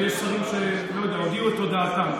ויש שרים שהודיעו את הודעתם.